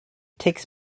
takes